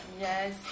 Yes